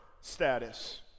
status